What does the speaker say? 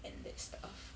and that stuff